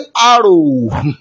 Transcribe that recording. arrow